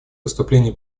выступление